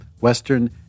Western